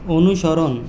অনুসরণ